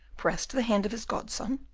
pressed the hand of his godson,